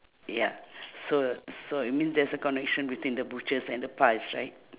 ya so so it means there's a connection between the butchers and the pies right